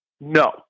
No